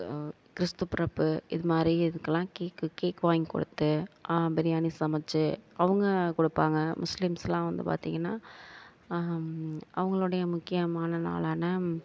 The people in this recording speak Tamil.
கிறிஸ்து பிறப்பு இதுமாதிரி இதுக்கெலாம் கேக்கு கேக் வாங்கிக்கொடுத்து அ பிரியாணி சமைச்சு அவங்க கொடுப்பாங்க முஸ்லீம்ஸெலாம் வந்து பார்த்திங்கனா அவங்களுடைய முக்கியமான நாளான